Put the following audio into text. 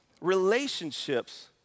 Relationships